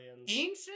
Ancient